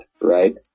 right